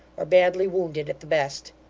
or badly wounded at the best